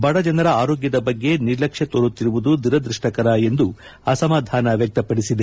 ಬಡಜನರ ಆರೋಗ್ಧದ ಬಗ್ಗೆ ನಿರ್ಲಕ್ಷ್ಯ ತೋರುತ್ತಿರುವುದು ದುರದೃಷ್ಟಕರ ಎಂದು ಅಸಮಾಧಾನ ವ್ಯಕ್ತಪಡಿಸಿದೆ